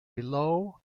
low